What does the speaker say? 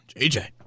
JJ